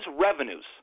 revenues